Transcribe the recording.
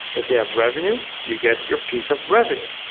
if they have revenue, you get your piece of revenue.